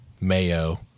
mayo